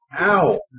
Ow